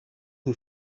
who